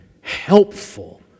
helpful